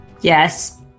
Yes